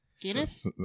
Guinness